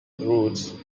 roots